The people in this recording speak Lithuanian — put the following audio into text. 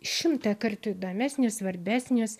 šimtąkart įdomesnis svarbesnis